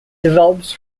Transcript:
develops